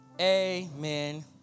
Amen